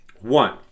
One